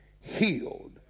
healed